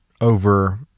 over